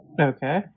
Okay